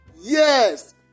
Yes